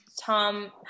tom